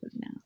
now